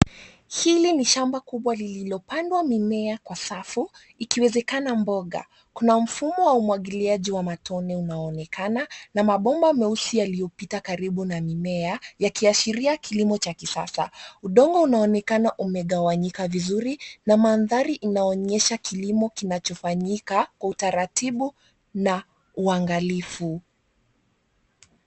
Hili ni shamba kubwa lililopandwa mimea kwa safu, ikiwezekana mboga. Kuna mfumo wa umwagiliaji wa matone unaoonekana na mabomba meusi yaliyopita karibu na mimea, yakiashiria kilimo cha kisasa. Udongo unaonekana umegawanyika vizuri na mandhari inaonyesha kilimo kinachofanyika kwa utaratibu na uangalifu.